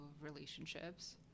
relationships